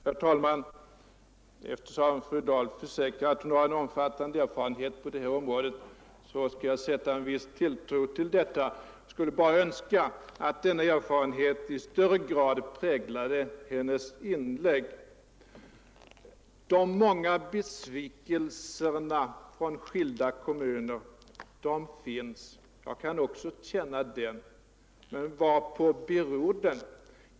Herr talman! Eftersom fru Dahl försäkrar att hon har en omfattande erfarenhet på det här området, skall jag sätta en viss tilltro till detta. Jag Önskar bara att den erfarenheten i högre grad präglade hennes inlägg. Den stora besvikelsen i skilda kommuner är en realitet. Jag kan också känna den. Men varpå beror den?